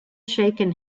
shaken